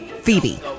Phoebe